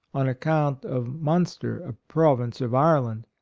on account of munster, a province of ireland.